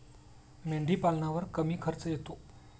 मेंढीपालनावर कमी खर्च येतो